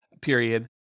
period